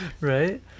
Right